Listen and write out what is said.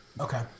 Okay